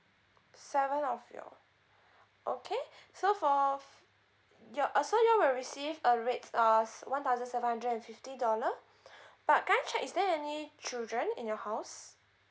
seven of you all okay so for your uh so you will receive a re~ uh one thousand seven hundred and fifty dollar but can I check is there any children in your house